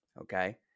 Okay